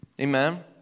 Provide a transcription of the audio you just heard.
Amen